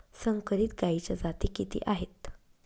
संकरित गायीच्या जाती किती आहेत?